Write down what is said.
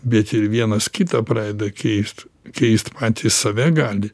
bet ir vienas kitą pradeda keist keist patys save gali